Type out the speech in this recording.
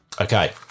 Okay